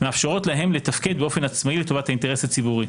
מאפשרות להם לתפקד באופן עצמאי לטובת האינטרס הציבורי.